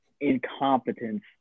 incompetence